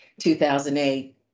2008